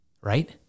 right